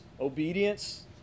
obedience